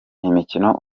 imikino